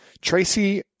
Tracy